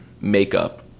makeup